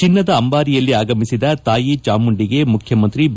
ಚಿನ್ನದ ಅಂಬಾರಿಯಲ್ಲಿ ಆಗಮಿಸಿದ ತಾಯಿ ಚಾಮುಂಡಿಗೆ ಮುಖ್ಯಮಂತ್ರಿ ಬಿ